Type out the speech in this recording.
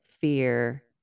fear